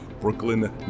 Brooklyn